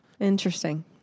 Interesting